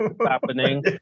happening